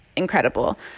Incredible